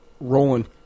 rolling